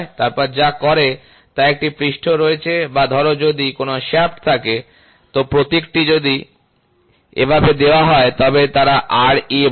তারা যা করে তা একটি পৃষ্ঠ রয়েছে বা ধর যদি কোনও শ্যাফ্ট থাকে তো প্রতীকটি যদি এভাবে দেওয়া হয় তবে তারা Ra বলে